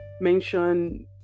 mention